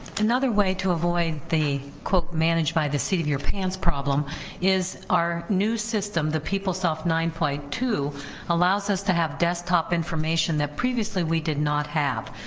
another way to avoid the quote managed by the seat of your pants problem is our new system the peoplesoft nine point two allows us to have desktop information that previously we did not have,